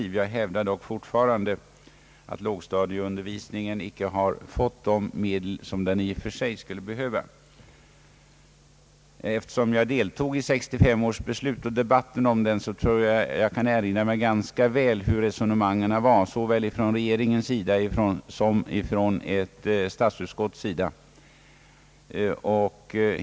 Men jag hävdar fortfarande att lågstadieundervisningen icke fått de medel som den i och för sig skulle behöva. Eftersom jag deltog i 1965 års beslut och debatten kring det, kan jag ganska väl erinra mig resonemangen från såväl regeringens som vederbörande <statsutskotts sida.